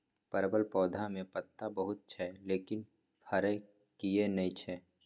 परवल पौधा में पत्ता बहुत छै लेकिन फरय किये नय छै?